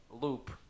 loop